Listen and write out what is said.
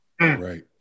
Right